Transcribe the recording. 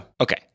Okay